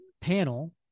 panel